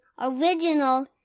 original